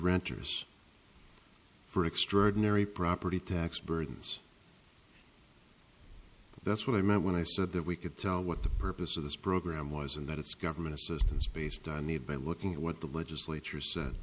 renters for extraordinary property tax burdens that's what i meant when i said that we could tell what the purpose of this program was and that it's government assistance based on need by looking at what the legislature